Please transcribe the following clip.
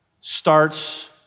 starts